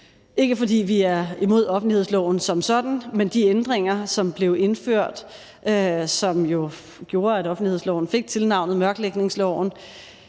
ikke, fordi vi er imod offentlighedsloven som sådan, men fordi de ændringer, som blev indført, og som gjorde, at offentlighedsloven fik tilnavnet mørklægningsloven,